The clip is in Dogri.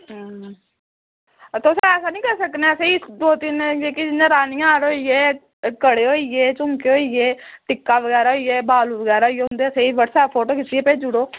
तुस ऐसा नी करी सकने असेंगी दो तीन जेह्की जियां रानी हार होइये कड़े होइये झुमके होइये टिक्का बगैरा होइये बालू बगैरा होइये उं'दे असेंगी व्हाट्सऐप पर फोटो खिच्चियै भेजी ओड़ो